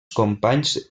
companys